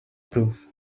proof